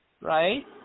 right